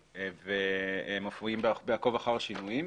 והם מופיעים ב-עקוב אחר שינויים.